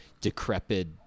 decrepit